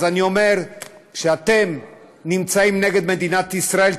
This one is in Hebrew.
אז אני אומר: כשאתם יוצאים נגד מדינת ישראל,